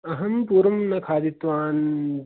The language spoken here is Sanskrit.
अहं पूर्वं न खादितवान्